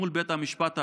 מול בית המשפט העליון,